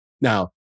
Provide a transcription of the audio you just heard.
Now